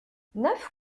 neuf